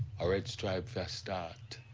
a red stripe for a start.